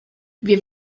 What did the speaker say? wir